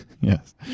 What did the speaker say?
Yes